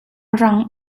rang